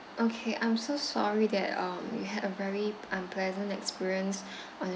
okay I'm so sorry that um you had a very unpleasant experience on your